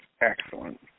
Excellent